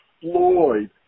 Floyd